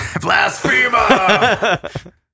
Blasphemer